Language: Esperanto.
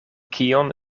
kion